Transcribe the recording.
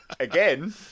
Again